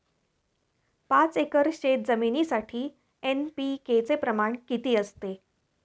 पाच एकर शेतजमिनीसाठी एन.पी.के चे प्रमाण किती असते?